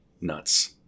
nuts